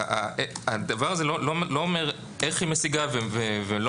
הדבר הזה לא אומר איך היא משיגה ולא